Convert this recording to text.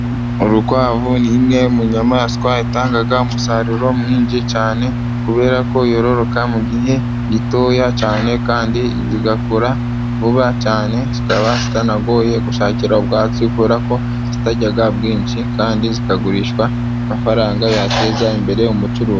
Urukwavu ni imwe mu nyamaswa yatangaga umusaruro mwinshi cyane, kubera ko yororoka mu gihe gitoya cyane, kandi zigakura vuba cyane, zikaba zitanagoye gushakira ubwatsi, kubera ko zitaryaga bwinshi, kandi zikagurishwa amafaranga yateza imbere umucuruzi.